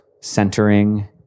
centering